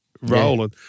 rolling